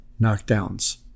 knockdowns